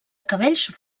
cabells